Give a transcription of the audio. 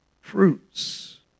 fruits